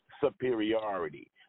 superiority